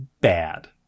bad